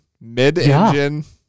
mid-engine